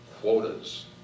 quotas